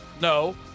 No